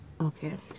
Okay